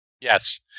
yes